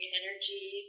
energy